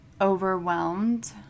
overwhelmed